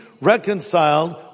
reconciled